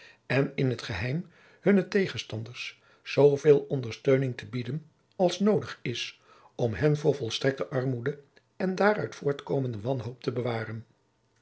en in t geheim hunne tegenstanders zoo veel ondersteuning te bieden als noodig is om hen voor volstrekte armoede en daaruit voortkomende wanhoop te bewaren